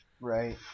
Right